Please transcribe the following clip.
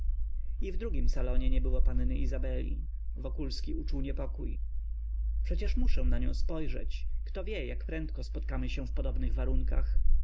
i w drugim salonie nie było panny izabeli wokulski uczuł niepokój przecież muszę na nią spojrzeć kto wie jak prędko spotkamy się w podobnych warunkach